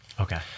Okay